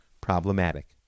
problematic